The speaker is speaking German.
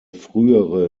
frühere